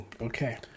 Okay